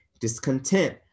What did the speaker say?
discontent